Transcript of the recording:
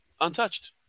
untouched